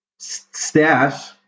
Stash